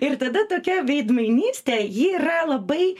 ir tada tokia veidmainystė ji yra labai